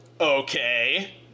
Okay